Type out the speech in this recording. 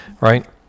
right